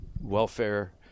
welfare